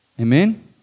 Amen